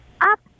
up